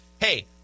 hey